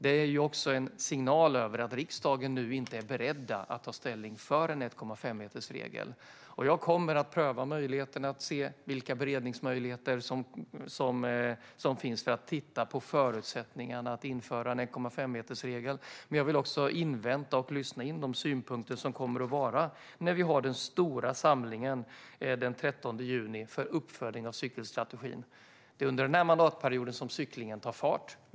Det är också en signal att riksdagen nu inte är beredd att ta ställning för en 1,5-metersregel. Jag kommer att pröva möjligheten att se vilka beredningsmöjligheter som finns för att titta på förutsättningarna att införa en 1,5-metersregel. Men jag vill också invänta och lyssna in de synpunkter som kommer att vara när vi har den stora samlingen den 13 juni för uppföljning av cykelstrategin. Det är under den här mandatperioden som cyklingen tar fart.